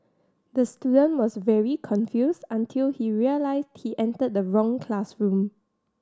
the student was very confused until he realised he entered the wrong classroom